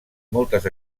moltes